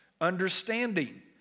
Understanding